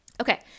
Okay